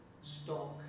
stock